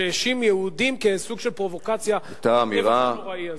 שהאשים יהודים כסוג של פרובוקציה בטבח הנוראי הזה,